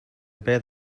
bear